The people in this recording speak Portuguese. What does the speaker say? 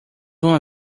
uma